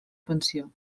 pensió